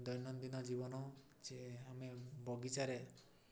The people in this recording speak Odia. ଦୈନନ୍ଦିନ ଜୀବନ ସେ ଆମେ ବଗିଚାରେ